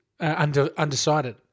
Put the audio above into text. undecided